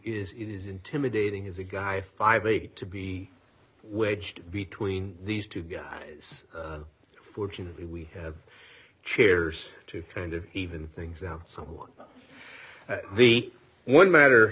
is it is intimidating is a guy fifty eight to be wedged between these two guys fortunately we have chairs to kind of even things out someone the one matter